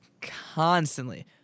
constantly